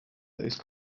those